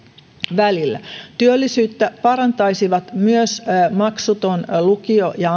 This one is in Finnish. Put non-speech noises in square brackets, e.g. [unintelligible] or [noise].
välillä työllisyyttä parantaisivat myös maksuton lukio ja [unintelligible]